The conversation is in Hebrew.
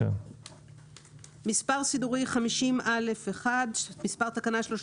מספרמספרפירוט נוסף לעבירהדרגת סידוריהתקנההקנס